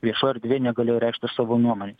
viešoj erdvėj negalėjo reikšti savo nuomonės